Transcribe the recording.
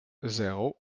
zéro